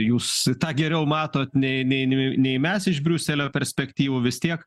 jūs tą geriau matot nei nei nei nei mes iš briuselio perspektyvų vis tiek